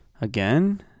Again